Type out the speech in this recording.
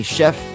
Chef